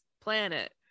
planet